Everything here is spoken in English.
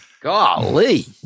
Golly